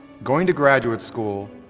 going to graduate school,